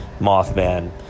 Mothman